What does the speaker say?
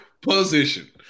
position